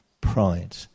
pride